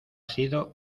sido